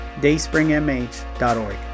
dayspringmh.org